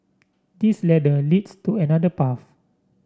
this ladder leads to another path